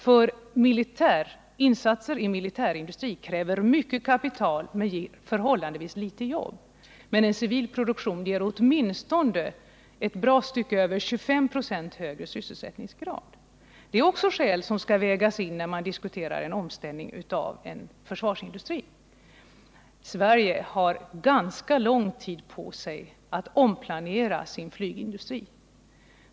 För insatser i militär produktion krävs mycket kapital, men det ger förhållandevis få jobb. En civil produktion däremot ger åtminstone ett bra stycke över 25 26 högre sysselsättningsgrad. Det är också skäl som skall vägas in när man diskuterar omställning av en försvarsindustri. Sverige har ganska lång tid på sig att omplanera sin flygindustri.